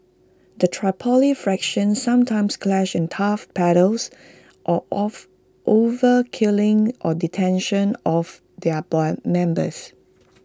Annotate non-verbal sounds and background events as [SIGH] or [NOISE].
the Tripoli factions sometimes clash in turf battles or over killings or detentions of their [UNINTELLIGIBLE] members